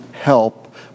help